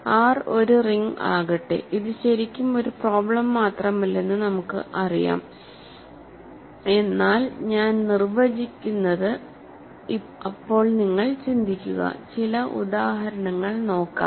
R ഒരു ring ആകട്ടെ ഇത് ശരിക്കും ഒരു പ്രോബ്ലം മാത്രമല്ലെന്ന് നമുക്ക് അറിയാം എന്നാൽ ഞാൻ നിർവചിക്കുന്നത് അപ്പോൾ നിങ്ങൾ ചിന്തിക്കുക ചില ഉദാഹരണങ്ങൾ നോക്കാം